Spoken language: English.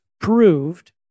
proved